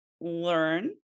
learn